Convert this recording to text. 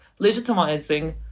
legitimizing